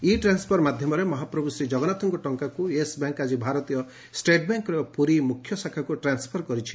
ଇ transfer ମାଧ୍ଧମରେ ମହାପ୍ରଭୁ ଶ୍ରୀଜଗନ୍ନାଥଙ୍କ ଟଙ୍ଙାକୁ ୟେସ୍ ବ୍ୟାଙ୍କ୍ ଆଜି ଭାରତୀୟ ଷେଟ୍ ବ୍ୟାଙ୍କ୍ର ପୁରୀ ମୁଖ୍ୟ ଶାଖାକୁ ଟ୍ରାନ୍ୱପର୍ କରିଛି